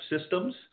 systems